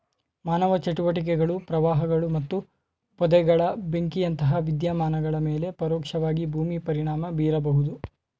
ಮಾನವ ಚಟುವಟಿಕೆಗಳು ಪ್ರವಾಹಗಳು ಮತ್ತು ಪೊದೆಗಳ ಬೆಂಕಿಯಂತಹ ವಿದ್ಯಮಾನಗಳ ಮೇಲೆ ಪರೋಕ್ಷವಾಗಿ ಭೂಮಿ ಪರಿಣಾಮ ಬೀರಬಹುದು